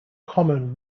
common